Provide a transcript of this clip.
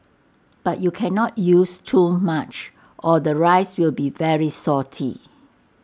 but you cannot use too much or the rice will be very salty